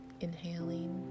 inhaling